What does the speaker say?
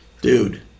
Dude